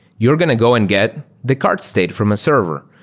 you're going to go and get the cart state from a server.